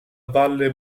valle